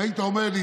אם היית אומר לי,